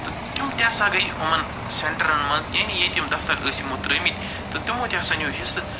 تہٕ تِم تہِ ہسا گٔے یِمَن سٮ۪نٛٹَرَن منٛز یعنی ییٚتہِ یِم دفتر ٲسۍ یِمَو ترٛٲیمتۍ تہِ تِمَو تہِ ہسا نیوٗ حصہٕ